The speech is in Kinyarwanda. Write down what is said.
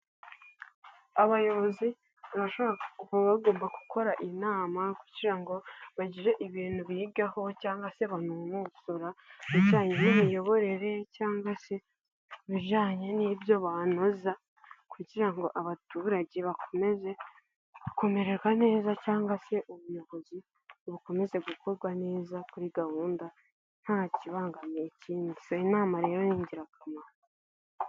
Abayobozi barashobora bagomba gukora inama kugira ngo bagire ibintu bigaho cyangwa se banonosora kubijyanye n'imiyoborere cyangwa se bijyanye n'ibyo banoza kugira ngo abaturage bakomeze kumererwa neza cyangwa se ubuyobozi bukomeze gukorwa neza kuri gahunda nta kibangamiye ikindi, iyi inama rero ni ingirakamaro.